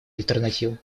альтернативы